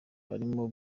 harimo